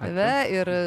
tave ir